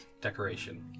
decoration